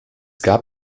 gab